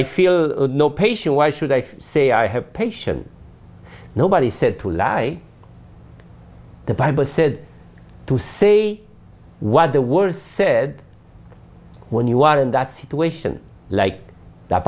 i feel no patient why should i say i have patient nobody said to lie the bible said to say what the words said when you are in that situation like that